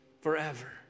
forever